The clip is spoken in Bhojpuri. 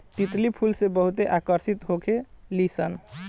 तितली फूल से बहुते आकर्षित होखे लिसन